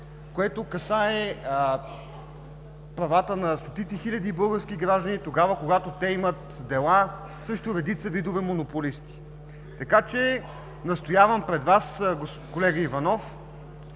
което касае правата на стотици хиляди български граждани, когато те имат дела срещу редица видове монополисти. Настоявам пред Вас, колега Иванов,